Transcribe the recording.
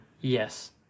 yes